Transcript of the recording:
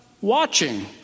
watching